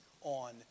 on